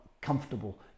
comfortable